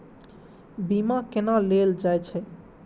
बीमा केना ले जाए छे?